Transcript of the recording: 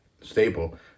stable